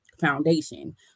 foundation